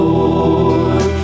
Lord